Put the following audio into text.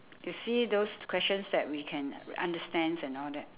you see those questions that we can understands and all that